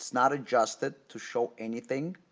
not adjusted to show anything.